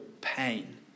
pain